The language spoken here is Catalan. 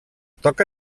toca